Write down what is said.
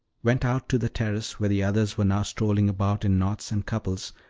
went out to the terrace, where the others were now strolling about in knots and couples,